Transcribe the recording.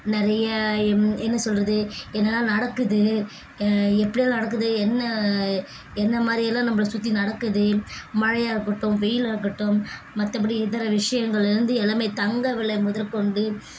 நிறைய என் என்ன சொல்கிறது என்னலாம் நடக்குது எப்படியெல்லாம் நடக்குது என்ன என்னமாதிரியெல்லாம் நம்மள சுற்றி நடக்குது மழையாக இருக்கட்டும் வெயிலாக இருக்கட்டும் மற்றப்படி இதர விஷயங்கள்ல இருந்து எல்லாமே தங்க விலை முதற்கொண்டு